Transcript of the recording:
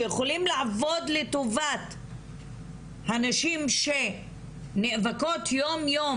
שיכולים לעבוד לטובת הנשים שנאבקות יום יום,